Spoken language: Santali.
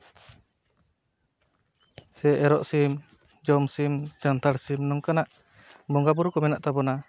ᱥᱮ ᱮᱨᱚᱜ ᱥᱤᱢ ᱡᱚᱢ ᱥᱤᱢ ᱡᱟᱱᱛᱷᱟᱲ ᱥᱤᱢ ᱱᱚᱝᱠᱟᱱᱟᱜ ᱵᱚᱸᱜᱟ ᱵᱩᱨᱩ ᱠᱚ ᱢᱮᱱᱟᱜ ᱛᱟᱵᱚᱱᱟ